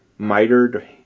mitered